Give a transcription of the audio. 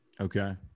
Okay